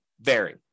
vary